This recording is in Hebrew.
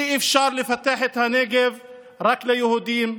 אי-אפשר לפתח את הנגב רק ליהודים.